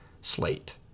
slate